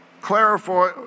clarify